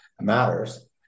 matters